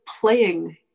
playing